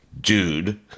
dude